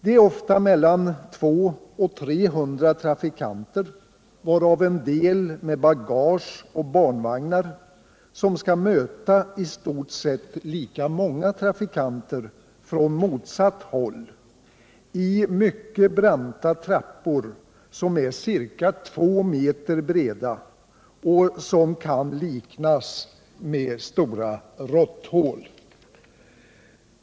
Det är ofta mellan 200 och 300 trafikanter, varav en del med bagage och barnvagnar, som skall möta i stort sett lika många trafikanter från motsatt håll i mycket branta trappor som är ca 2 meter breda och som kan liknas vid stora råtthål.